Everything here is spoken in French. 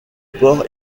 port